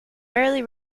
rarely